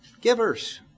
givers